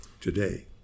today